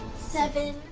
seven.